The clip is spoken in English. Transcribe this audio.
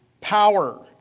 power